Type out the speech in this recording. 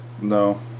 No